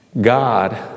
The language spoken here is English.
God